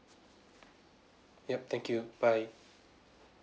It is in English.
yup thank you bye